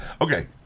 Okay